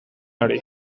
hori